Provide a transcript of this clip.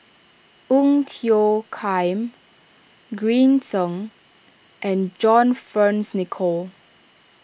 Ong Tiong Khiam Green Zeng and John Fearns Nicoll